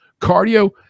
Cardio